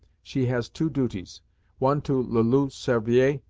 she has two duties one to le loup cervier,